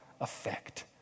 effect